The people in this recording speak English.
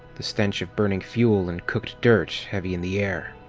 the stench of burning fuel and cooked dirt heavy in the air.